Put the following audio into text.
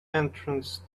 entrance